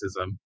racism